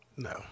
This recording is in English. No